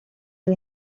del